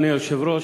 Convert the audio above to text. אדוני היושב-ראש,